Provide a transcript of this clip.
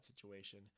situation